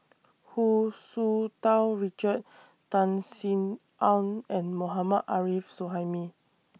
Hu Tsu Tau Richard Tan Sin Aun and Mohammad Arif Suhaimi